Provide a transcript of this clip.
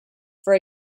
for